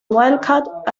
wildcat